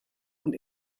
und